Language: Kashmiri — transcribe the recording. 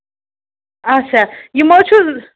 اچھا یِم حظ چھُو